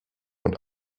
und